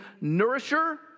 nourisher